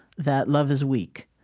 that love is weak,